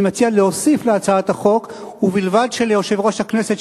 אני מציע להוסיף להצעת החוק: ובלבד שיושב-ראש הכנסת,